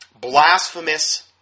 blasphemous